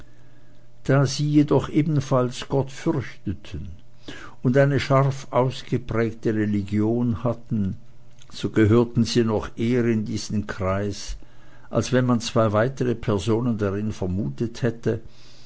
da sie jedoch ebenfalls gott fürchteten und eine scharf ausgeprägte religion hatten so gehörten sie noch eher in diesen kreis als man zwei weitere personen darin vermutet hätte